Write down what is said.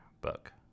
book